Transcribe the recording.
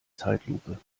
zeitlupe